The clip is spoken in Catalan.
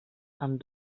amb